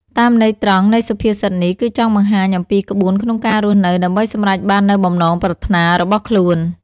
តាមន័យត្រង់នៃសុភាសិតនេះគឺចង់បង្ហាញអំពីក្បួនក្នុងការរស់នៅដើម្បីសម្រេចបាននូវបំណងប្រាថ្នារបស់ខ្លួន។